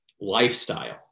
lifestyle